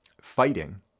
fighting